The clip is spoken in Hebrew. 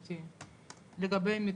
גברתי, לגבי מתווים,